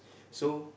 so